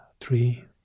three